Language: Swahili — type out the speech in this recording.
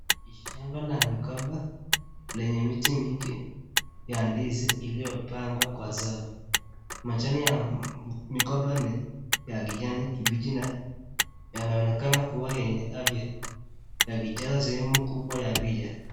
Shamba la migoba lenye miti ya ndizi iliopangwa kwa sawa. Majani ya migoba ni ya kijani kibichi na yanaonekana kuwa yenye afya yakijaza sehemu kubwa ya picha.